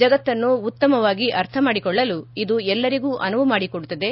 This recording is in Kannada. ಜಗತ್ತನ್ನು ಉತ್ತಮವಾಗಿ ಅರ್ಥಮಾಡಿಕೊಳ್ಳಲು ಇದು ಎಲ್ಲರಿಗೂ ಅನುವು ಮಾಡಿಕೊಡುತ್ತದೆ